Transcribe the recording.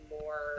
more